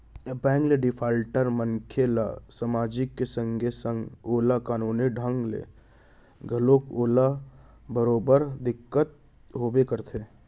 bank ले defaulter मनसे ल समाजिक के संगे संग ओला कानूनी ढंग ले घलोक ओला बरोबर दिक्कत होबे करथे